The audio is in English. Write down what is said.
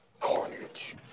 Carnage